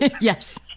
Yes